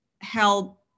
help